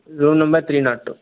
room number three naught two